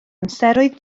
amseroedd